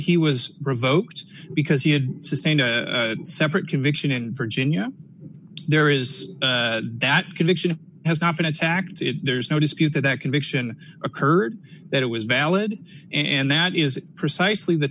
he was revoked because he had sustained a separate conviction in virginia there is that conviction has not been attacked there's no dispute that that conviction occurred that it was valid and that is precisely the